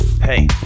Hey